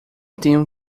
tenho